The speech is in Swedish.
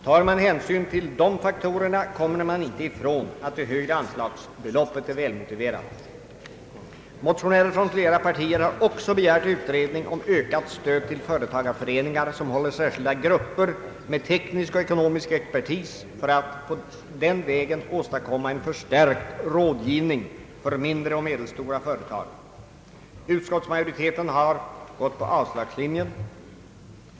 Tar man hänsyn till dessa faktorer kommer man inte ifrån att det högre anslagsbeloppet är välmotiverat. Motionärer från flera partier har också begärt utredning om ökat stöd till företagareföreningar som håller särskilda grupper med teknisk och ekonomisk expertis för att den vägen åstadkomma en förstärkt rådgivning för mindre och medelstora företag. Utskottsmajoriteten har gått på avslagslinjen.